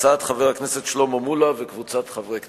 הצעת חבר הכנסת שלמה מולה וקבוצת חברי הכנסת.